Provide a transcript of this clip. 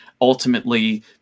ultimately